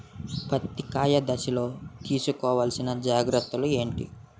పత్తి కాయ దశ లొ తీసుకోవల్సిన జాగ్రత్తలు ఏంటి?